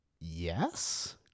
yes